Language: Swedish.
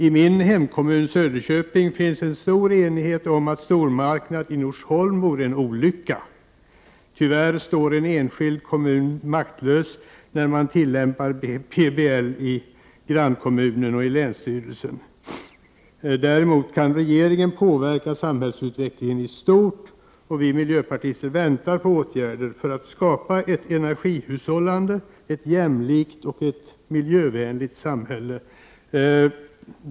I min hemkommun, Söderköping, finns en stor enighet om att en stormarknad i Norsholm vore en olycka. Tyvärr står en enskild kommun maktlös när man tillämpar PBL i grannkommunen och i länsstyrelsen. Däremot kan regeringen påverka samhällsutvecklingen i stort. Vi miljöpartister väntar på åtgärder för att skapa ett energihushållande, ett jämlikt och miljövänligt samhälle.